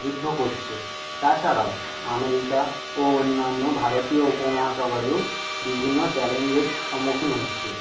যুদ্ধ করছে তাছাড়াও আমেরিকা ও অন্যান্য ভারতীয় উপমহাসাগরেও বিভিন্ন চ্যালেঞ্জের সম্মুখীন হচ্ছে